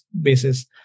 basis